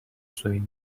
swimming